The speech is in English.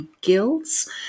guilds